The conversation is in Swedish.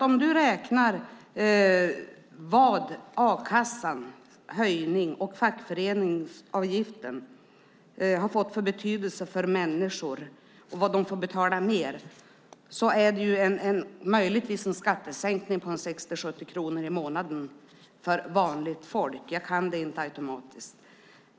Om du räknar på vad a-kassans och fackföreningsavgiftens höjning har fått för betydelse för människor och vad de får betala mer blir det möjligtvis en skattesänkning på 60-70 kronor i månaden för vanligt folk - jag vet inte exakt hur mycket.